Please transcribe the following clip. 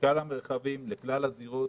בכלל המרחבים וכלל הזירות.